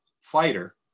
fighter